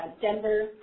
Denver